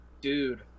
dude